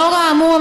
לאור האמור,